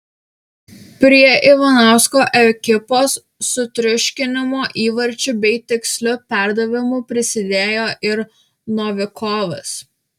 prie ivanausko ekipos sutriuškinimo įvarčiu bei tiksliu perdavimu prisidėjo ir novikovas